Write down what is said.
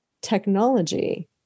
technology